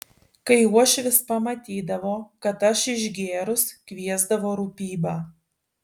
kai uošvis pamatydavo kad aš išgėrus kviesdavo rūpybą